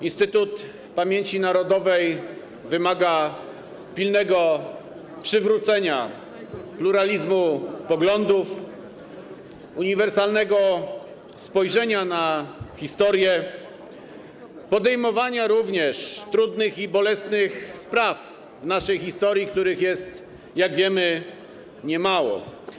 Instytut Pamięci Narodowej wymaga pilnego przywrócenia pluralizmu poglądów, uniwersalnego spojrzenia na historię, podejmowania również trudnych i bolesnych spraw w naszej historii, których, jak wiemy, jest niemało.